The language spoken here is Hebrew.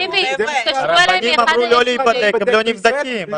הרבנים אמרו לא להיבדק הם לא נבדקים.